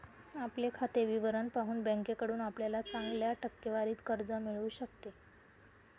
आपले खाते विवरण पाहून बँकेकडून आपल्याला चांगल्या टक्केवारीत कर्ज मिळू शकते